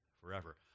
forever